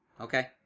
Okay